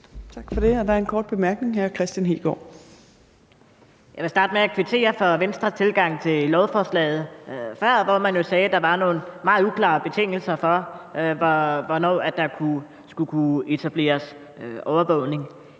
Tak for det. Der er en kort bemærkning. Hr. Kristian Hegaard. Kl. 15:42 Kristian Hegaard (RV): Jeg vil starte med at kvittere for Venstres tilgang til lovforslaget før, hvor man jo sagde, at der var nogle meget uklare betingelser for, hvornår der skulle kunne etableres overvågning.